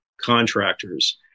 contractors